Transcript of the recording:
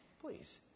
please